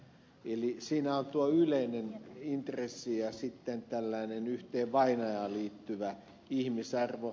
eli siinä on tuo yleinen intressi ja sitten yhteen vainajaan liittyvä ihmisarvo